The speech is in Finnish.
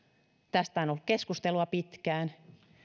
tästä on ollut keskustelua pitkään